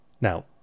Now